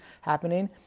happening